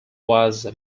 was